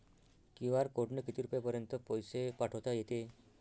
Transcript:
QR कोडनं किती रुपयापर्यंत पैसे पाठोता येते?